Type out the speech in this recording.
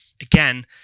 again